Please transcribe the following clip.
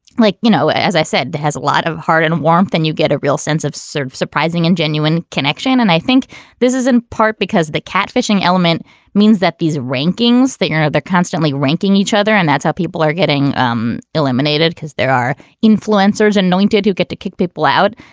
like, you know, as i said, that has a lot of heart and warmth and you get a real sense of sort of surprising and genuine connection. and i think this is in part because the catfishing element means that these rankings that you're constantly ranking each other and that's how people are getting um eliminated because there are influencers anointed who get to kick people out.